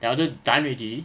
then after done already